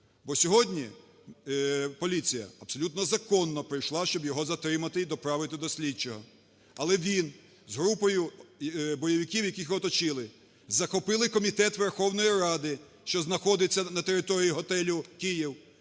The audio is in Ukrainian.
бо сьогодні поліція абсолютно законно прийшла, щоб його затримати і доправити до слідчого, але він з групою бойовиків, які його оточили, захопили комітет Верховної Ради, що знаходиться на території готелю "Київ",